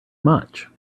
much